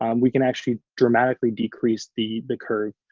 um we can actually dramatically decrease the the curve.